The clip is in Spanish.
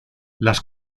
las